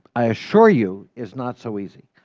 i assure you, is not so easy.